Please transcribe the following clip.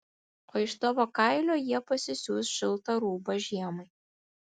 o iš tavo kailio jie pasisiūs šiltą rūbą žiemai